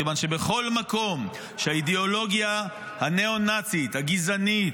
כיוון שבכל מקום שהאידיאולוגיה הנאו-נאצית הגזענית,